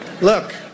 look